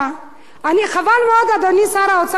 אני, חבל מאוד, אדוני שר האוצר, שאתה הולך.